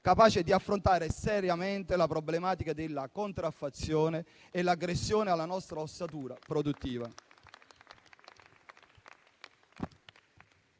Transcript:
capace di affrontare seriamente la problematica della contraffazione e dell'aggressione alla nostra ossatura produttiva.